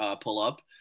pull-up